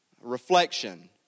reflection